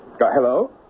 Hello